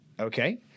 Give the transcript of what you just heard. Okay